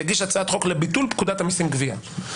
יגיש הצעת חוק לביטול פקודת המיסים (גבייה)